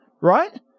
right